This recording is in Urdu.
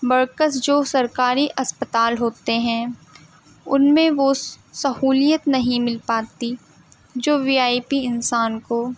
بر عکس جو سرکاری اسپتال ہوتے ہیں ان میں وہ سہولیت نہیں مل پاتی جو وی آئی پی انسان کو